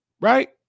Right